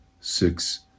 six